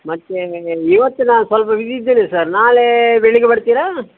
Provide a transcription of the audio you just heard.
ಮತ್ತು ಇವತ್ತು ನಾನು ಸ್ವಲ್ಪ ಬಿಜಿ ಇದ್ದೇನೆ ಸರ್ ನಾಳೆ ಬೆಳಗ್ಗೆ ಬರ್ತೀರಾ